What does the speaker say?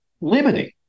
limiting